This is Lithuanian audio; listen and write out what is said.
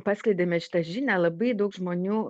paskleidėme šitą žinią labai daug žmonių